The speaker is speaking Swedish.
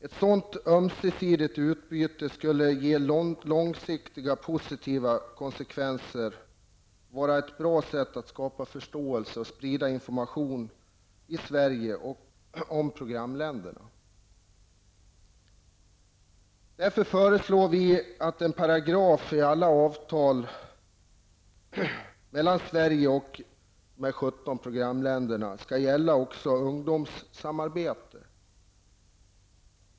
Ett sådant ömsesidigt utbyte skulle ge långsiktiga positiva konsekvenser och vara ett bra sätt att skapa förståelse och sprida information i Därför föreslår vi att en paragraf i alla avtal mellan Sverige och dessa 17 programländer skall gälla också ungdomssamarbete.